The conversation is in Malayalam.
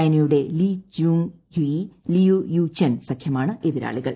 ചൈനയുടെ Li Junhui Liu Yuchen സഖ്യമാണ് എതിരാളികൾ